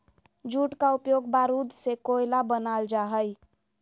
jute का उपयोग बारूद से कोयला बनाल जा हइ